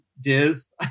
Diz